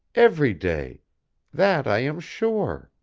every day that i am sure.